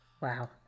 Wow